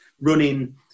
running